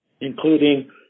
including